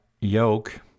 yoke